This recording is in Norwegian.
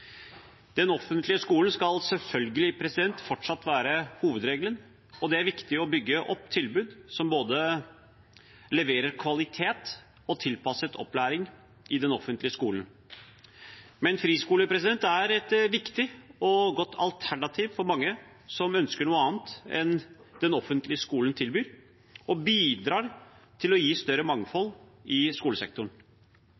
Den offentlige skolen skal selvfølgelig fortsatt være hovedregelen, og det er viktig å bygge opp tilbud som både leverer kvalitet og tilpasset opplæring i den offentlige skolen. Men friskoler er et viktig og godt alternativ for mange som ønsker noe annet enn det den offentlige skolen tilbyr, og bidrar til å gi større